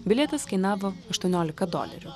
bilietas kainavo aštuoniolika dolerių